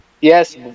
Yes